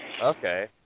Okay